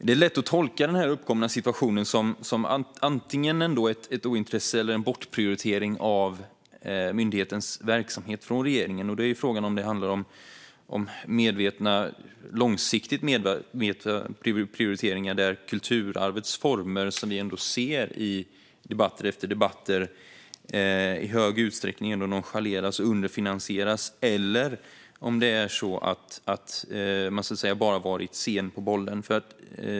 Det är lätt att tolka den uppkomna situationen som antingen ett ointresse eller en bortprioritering av myndighetens verksamhet från regeringens sida. Då är frågan om det handlar om långsiktigt medvetna prioriteringar av kulturarvets former, som vi ser nonchaleras och underfinansieras i hög grad i debatt efter debatt, eller om man bara har varit sen på bollen.